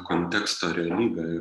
konteksto realybę